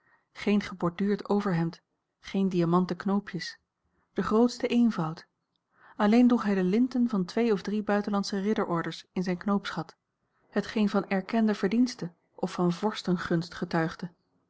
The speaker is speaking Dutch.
geen geborduurd overhemd geen diamanten knoopjes de grootste eenvoud alleen droeg hij de linten van twee of drie buitenlandsche ridderordes in zijn knoopsgat hetgeen van erkende verdienste of van vorstengunst getuigde